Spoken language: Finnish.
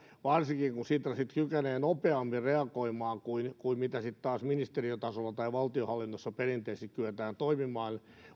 varsinkin kun sitra sitten kykenee nopeammin reagoimaan kuin kuin taas ministeriötasolla tai valtionhallinnossa perinteisesti kyetään toimimaan